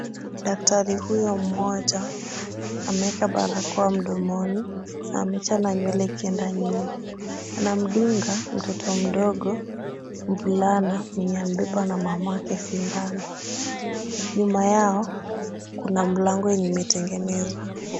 Daktari huyu mmoja ameweka barakoa mdomoni na amechana nywele ikienda nyuma. Anamdunga mtoto mdogo mvulana mwenye amebebwa na mamake sindano. Nyuma yao kuna mlango yenye imetengenezwa.